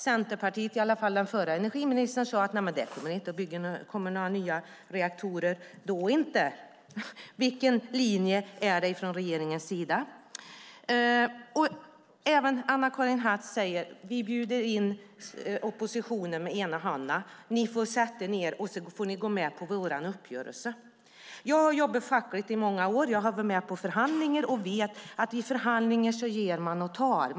Centerpartiet - i alla fall förra energiministern - sade att det inte kommer några nya reaktorer. Vilken linje gäller från regeringens sida? Anna-Karin Hatt säger att man bjuder in oppositionen: Ni får sätta er ned och får gå med på vår uppgörelse. Jag har jobbat fackligt i många år och har varit med på förhandlingar. Jag vet att man i förhandlingar ger och tar.